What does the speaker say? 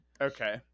Okay